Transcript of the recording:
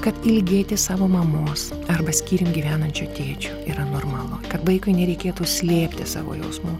kad ilgėtis savo mamos arba skyrium gyvenančio tėčio yra normalu kad vaikui nereikėtų slėpti savo jausmų